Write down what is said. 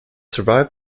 survived